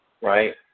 right